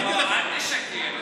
אל תשקר.